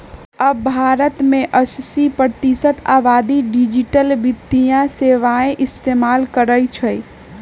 अब भारत के अस्सी प्रतिशत आबादी डिजिटल वित्तीय सेवाएं इस्तेमाल करई छई